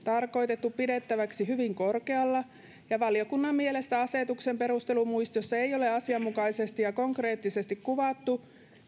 tarkoitettu pidettäväksi hyvin korkealla valiokunnan mielestä asetuksen perustelumuistiossa ei ole asianmukaisesti ja konkreettisesti kuvattu